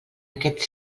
aquest